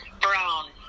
Brown